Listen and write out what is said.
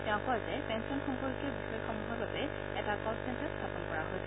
তেওঁ কয় যে পেঞ্চন সম্পৰ্কীয় বিষয়সমূহৰ বাবে এটা কলচেণ্টাৰ স্থাপন কৰা হৈছে